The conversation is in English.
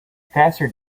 faster